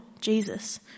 Jesus